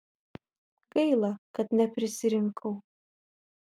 gaila kad neprisirinkau